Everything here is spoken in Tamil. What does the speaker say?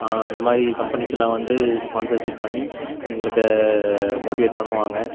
இந்தமாதிரி கம்பெனிஸ் எல்லாம் வந்து ஸ்பான்சர்ஷிப் பண்ணி எங்களுக்கு மோட்டிவேட் பண்ணுவாங்க